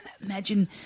imagine